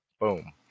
Boom